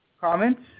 comments